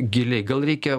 giliai gal reikia